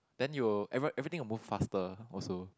then you every everything will move faster also